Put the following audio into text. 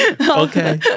Okay